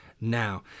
now